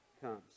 comes